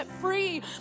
free